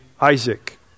Isaac